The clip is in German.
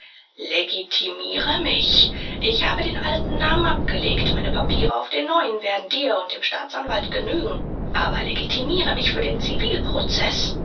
legitimiere mich ich habe den alten namen abgelegt meine papiere auf den neuen werden dir und dem staatsanwalt genügen aber legitimiere mich für den zivilprozeß